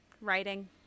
writing